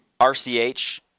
RCH